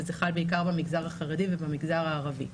וזה חל בעיקר במגזר החרדי ובמגזר הערבי.